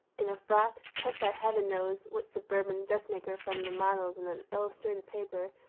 in a frock cut by heaven knows what suburban dressmaker from the models in an illustrated paper,